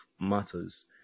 matters